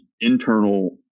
internal